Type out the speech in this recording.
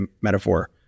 metaphor